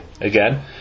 again